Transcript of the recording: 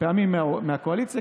פעמים, מהקואליציה.